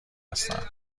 هستند